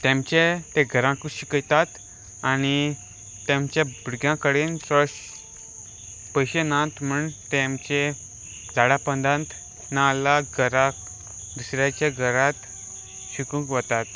तांचें ते घरांकूच शिकयतात आनी तांच्या भुरग्यां कडेन चड पयशे नात म्हण तांचे झाडां पोंदांत नाल्ला घराक दुसऱ्याच्या घरांत शिकूंक वतात